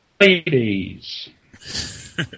ladies